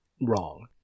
wrong